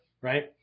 right